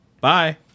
Bye